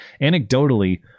Anecdotally